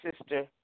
Sister